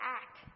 act